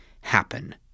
happen